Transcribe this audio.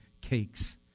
cakes